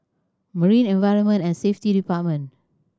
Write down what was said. Marine Environment and Safety Department